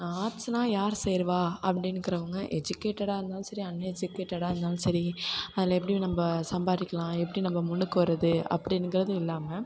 ஆர்ட்ஸ்னா யார் சேருவா அப்படின்கிறவங்க எஜுகேட்டடாக இருந்தாலும் சரி அன் எஜுகேட்டடாக இருந்தாலும் சரி அதில் எப்படி நம்ப சம்பாதிக்கலாம் எப்படி நம்ப முன்னுக்கு வரது அப்படின்ங்கிறது இல்லாமல்